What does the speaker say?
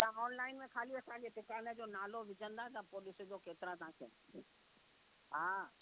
तव्हां ऑनलाइन में ख़ाली असांजे दुकान जो नालो विझंदा त पोइ ॾिसिजो केतिरा तव्हांखे हा